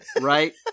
right